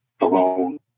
alone